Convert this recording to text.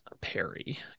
Perry